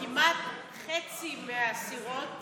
כמעט חצי מהאסירות